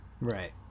Right